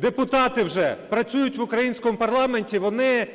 депутати вже працюють в українському парламенті, вони